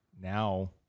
now